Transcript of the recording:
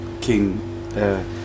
king